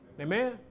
Amen